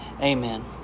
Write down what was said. Amen